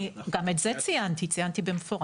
גם את זה ציינתי, ציינתי במפורש.